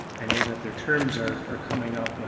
i know that their terms are are coming up,